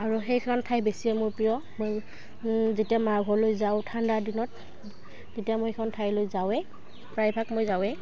আৰু সেইখন ঠাই বেছিয়ে মোৰ প্ৰিয় মই যেতিয়া মাৰ ঘৰলৈ যাওঁ ঠাণ্ডা দিনত তেতিয়া মই সেইখন ঠাইলৈ যাওঁৱেই প্ৰায়ভাগ মই যাওঁৱেই